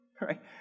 right